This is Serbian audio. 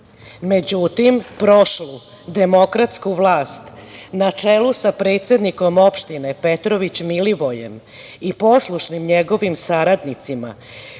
Međutim, prošlu demokratsku vlast na čelu sa predsednikom opštine Petrović Milivojem i poslušnim njegovim saradnicima